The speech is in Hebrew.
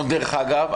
דרך אגב,